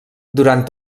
durant